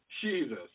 Jesus